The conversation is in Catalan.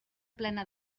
plena